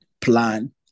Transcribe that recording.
plan